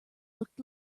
looked